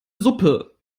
suppe